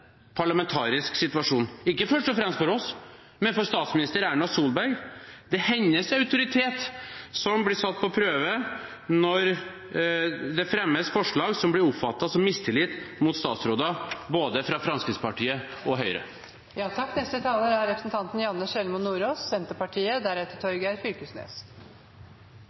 parlamentarisk situasjon – ikke først og fremst for oss, men for statsminister Erna Solberg. Det er hennes autoritet som blir satt på prøve når det fremmes forslag som blir oppfattet som mistillit mot statsråder både fra Fremskrittspartiet og